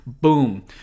boom